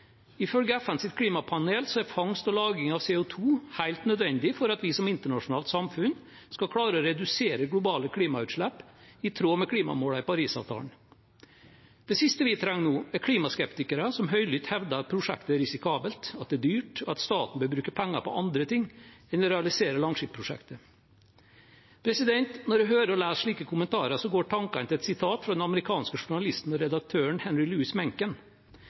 Ifølge FNs klimapanel er fangst og lagring av CO 2 helt nødvendig for at vi som internasjonalt samfunn skal klare å redusere globale klimagassutslipp i tråd med klimamålene i Parisavtalen. Det siste vi trenger nå, er klimaskeptikere som høylytt hevder at prosjektet er risikabelt, at det er dyrt, og at staten bør bruke penger på andre ting enn å realisere Langskip-prosjektet. Når jeg hører og leser slike kommentarer, går tankene til et sitat av den amerikanske journalisten og redaktøren Henry Louis Mencken: